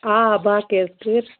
آ باقی حظ کٔر